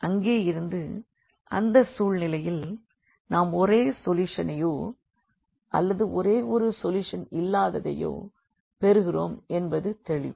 அங்கேயிருந்து அந்த சூழ்நிலையில் நாம் ஒரே ஒரு சொல்யூஷனையயோ அல்லது ஒரே ஒரு சொல்யூஷன் இல்லாததையோ பெறுகிறோம் என்பது தெளிவு